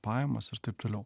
pajamas ir taip toliau